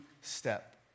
step